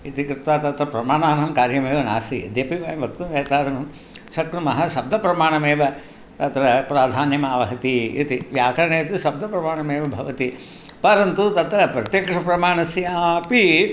इति कृता तत्र प्रमाणानां कार्यमेव नास्ति यद्यपि वयं वक्तुं एतद् शक्नुमः शब्दप्रमाणमेव तत्र प्राधान्यमावहती इति व्याकरणे तु शब्दप्रमाणमेव भवति परन्तु तत्र प्रत्यक्षप्रमाणस्यापि